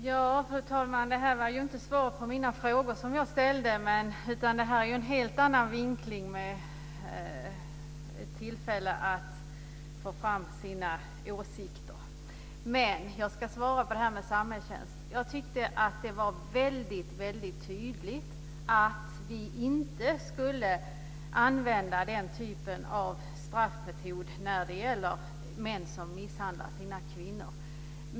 Fru talman! Det här var ju inte svar på de frågor som jag ställde utan en helt annan vinkling, ett tillfälle att få fram sina åsikter. Men jag ska svara på detta med samhällstjänst. Jag tyckte att det var väldigt tydligt att vi inte skulle använda den typen av straffmetod när det gäller män som misshandlar sina kvinnor.